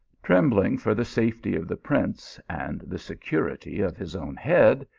trembling for the safety of the prince, and the security of his own head,